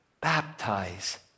baptize